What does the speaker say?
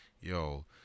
Yo